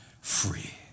Free